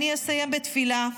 אסיים בתפילה: